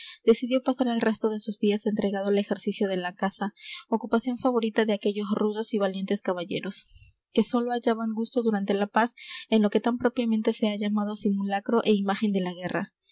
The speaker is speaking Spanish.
decidió pasar el resto de sus días entregado al ejercicio de la caza ocupación favorita de aquellos rudos y valientes caballeros que sólo hallaban gusto durante la paz en lo que tan propiamente se ha llamado simulacro é imagen de la guerra